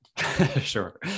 Sure